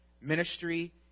ministry